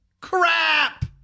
Crap